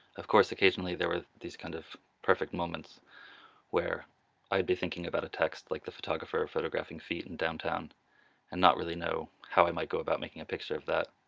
of course occasionally there were these kind of perfect moments where i'd be thinking about a text like the photographer photographing feet in downtown and not really know how am i about making a picture of that,